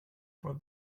for